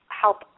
help